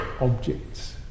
objects